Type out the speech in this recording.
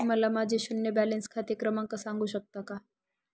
मला माझे शून्य बॅलन्स खाते क्रमांक सांगू शकता का?